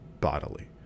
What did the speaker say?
bodily